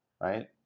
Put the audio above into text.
Right